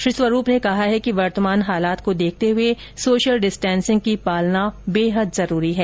श्री स्वरूप ने कहा है कि वर्तमान हालात को देखते हुए सोशल डिस्टेंसिंग की पालना बेहद जरूरी है